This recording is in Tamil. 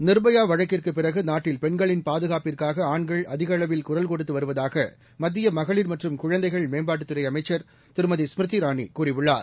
நிர்பயா வழக்கிற்குப் பிறகு நாட்டில் பெண்களின் பாதுகாப்பிற்காக ஆண்கள் அதிக அளவில் குரல் கொடுத்து வருவதாக மத்திய மகளிர் மற்றும் குழந்தைகள் மேம்பாட்டுத் துறை அமைச்சர் திருமதி ஸ்மிருதி இரானி கூறியுள்ளார்